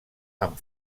amb